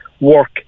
work